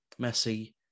Messi